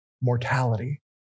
mortality